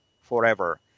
forever